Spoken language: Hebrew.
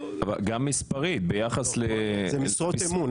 אבל גם מספרית ביחס --- אלה משרות אמון,